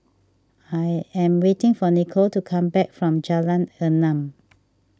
I am waiting for Nicolle to come back from Jalan Enam